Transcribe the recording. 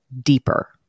deeper